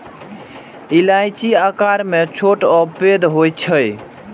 इलायची आकार मे छोट आ पैघ होइ छै